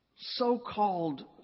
so-called